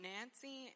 Nancy